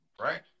Right